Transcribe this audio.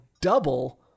double